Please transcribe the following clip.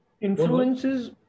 influences